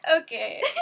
Okay